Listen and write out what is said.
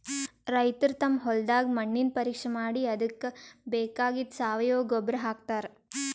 ರೈತರ್ ತಮ್ ಹೊಲದ್ದ್ ಮಣ್ಣಿನ್ ಪರೀಕ್ಷೆ ಮಾಡಿ ಅದಕ್ಕ್ ಬೇಕಾಗಿದ್ದ್ ಸಾವಯವ ಗೊಬ್ಬರ್ ಹಾಕ್ತಾರ್